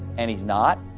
and he's not.